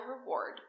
reward